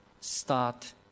start